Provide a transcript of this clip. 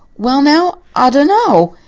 well now, i dunno,